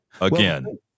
Again